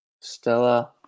Stella